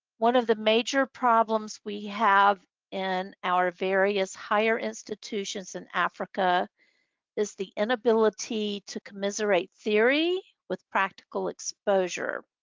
one of the major problems we have in our various higher institutions in africa is the inability to commiserate theory with practical exposure